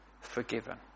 forgiven